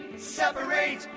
separate